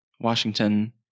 Washington